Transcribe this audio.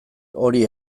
hori